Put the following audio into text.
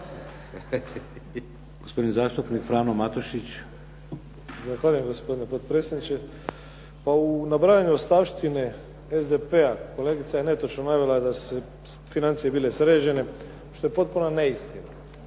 **Matušić, Frano (HDZ)** Zahvaljujem gospodine potpredsjedniče. Pa u nabrajanju ostavštine SDP-a, kolegica je netočno navela da su financije bile sređene. Što je potpuno neistinito.